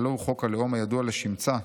הלוא הוא חוק הלאום הידוע לשמצה",